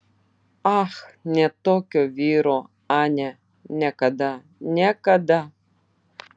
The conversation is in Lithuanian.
ach ne tokio vyro anė niekada niekada